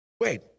Wait